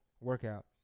workout